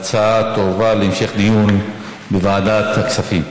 ההצעה תועבר להמשך דיון בוועדת הכספים.